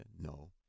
No